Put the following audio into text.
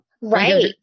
Right